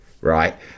right